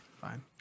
fine